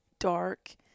Dark